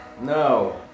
No